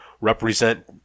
represent